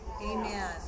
Amen